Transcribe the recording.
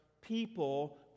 people